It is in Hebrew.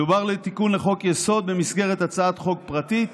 מדובר על תיקון לחוק-יסוד במסגרת הצעת חוק פרטית,